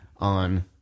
on